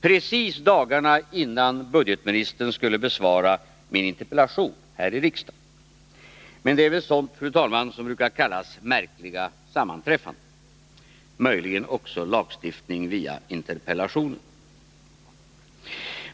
precis dagarna innan budgetministern skulle besvara min interpellation här i riksdagen. Men det är väl sådant, fru talman, som brukar kallas märkliga sammanträffanden och möjligen också lagstiftning via interpellationer.